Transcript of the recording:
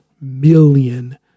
million